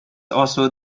also